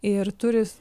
ir turi